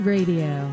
Radio